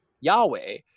Yahweh